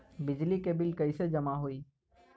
बिजली के बिल कैसे जमा होला?